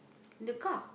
in the car